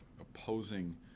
opposing